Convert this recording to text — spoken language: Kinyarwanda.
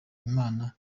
imana